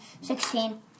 Sixteen